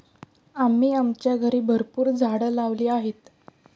आम्ही आमच्या घरी भरपूर झाडं लावली आहेत